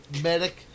medic